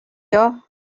here